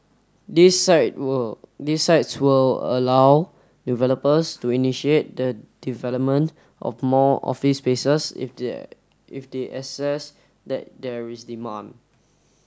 these site will these sites will allow developers to initiate the development of more office spaces if their if they assess that there is demand